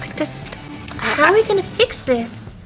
like just are we gonna fix this